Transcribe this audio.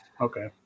Okay